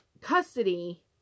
Custody